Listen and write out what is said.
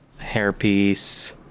hairpiece